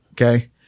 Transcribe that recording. okay